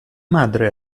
madre